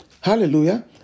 hallelujah